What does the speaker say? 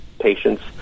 patients